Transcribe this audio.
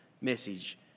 message